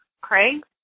Craig